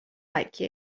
like